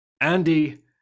Andy